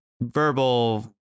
verbal